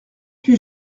huit